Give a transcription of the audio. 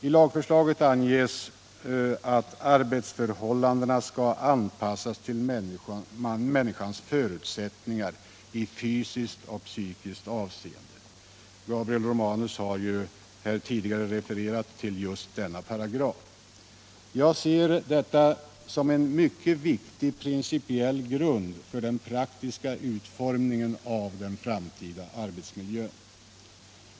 I lagförslaget anges att arbetsförhållandena skall anpassas till människans förutsättningar i fysiskt och psykiskt avseende. Gabriel Romanus har tidigare refererat till just denna punkt. Jag ser detta som en mycket viktig principiell grund för den praktiska utformningen av den framtida arbetsmiljön.